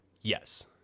Yes